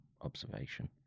observation